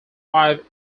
five